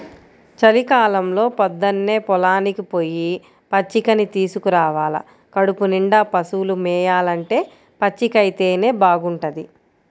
చలికాలంలో పొద్దన్నే పొలానికి పొయ్యి పచ్చికని తీసుకురావాల కడుపునిండా పశువులు మేయాలంటే పచ్చికైతేనే బాగుంటది